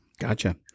Gotcha